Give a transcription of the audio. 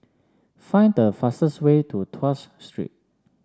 find the fastest way to Tuas Street